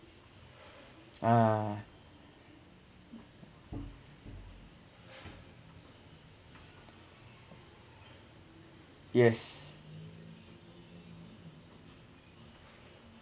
uh yes